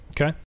Okay